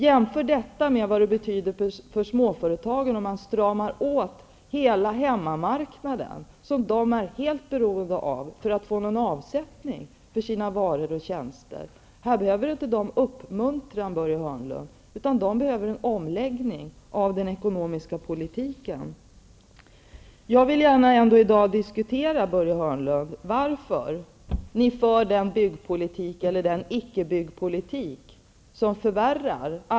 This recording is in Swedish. Jämför detta med vad det betyder för småföretagen om man stramar åt hela hemmamarknaden som de är helt beroende av för att få någon avsättning för sina varor och tjänster. De behöver inte uppmuntran, Börje Hörnlund, utan de behöver en omläggning av den ekonomiska politiken.